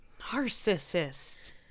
Narcissist